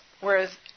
whereas